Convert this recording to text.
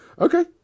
Okay